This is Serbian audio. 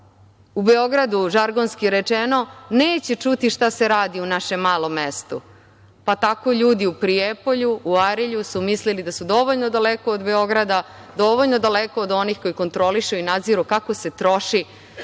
u Beogradu, žargonski rečeno, neće čuti šta se radi u našem malom mestu, pa su tako ljudi u Prijepolju, u Arilju mislili da su dovoljno daleko od Beograda, dovoljno daleko od onih koji kontrolišu i nadziru kako se troši